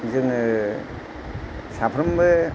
जोङो साफ्रोमबो